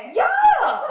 ya